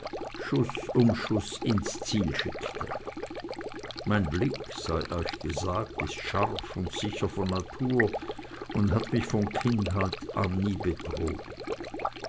schuß um schuß ans ziel schickte mein blick sei euch gesagt ist scharf und sicher von natur und hat mich von kindheit an nie betrogen